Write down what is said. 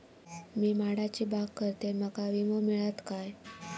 मी माडाची बाग करतंय माका विमो मिळात काय?